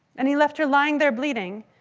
and he left her lying there bleeding.